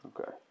Okay